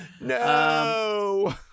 No